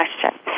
question